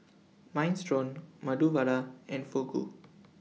Minestrone Medu Vada and Fugu